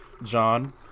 john